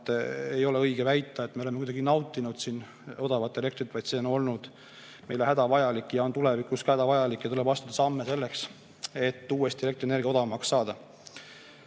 et ei ole õige väita, et me oleme kuidagi nautinud odavat elektrit, vaid see on olnud meile hädavajalik. See on tulevikus ka hädavajalik ja meil tuleb astuda samme selleks, et uuesti elektrienergia odavamaks saada.